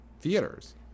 theaters